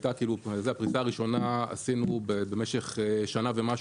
את הפריסה הראשונה עשינו במשך שנה ומשהו.